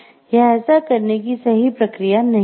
यह ऐसा करने की सही प्रक्रिया नहीं है